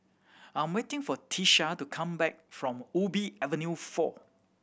I'm waiting for Tisha to come back from Ubi Avenue Four